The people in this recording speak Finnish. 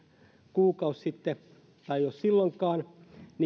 kuukausi sitten jos silloinkaan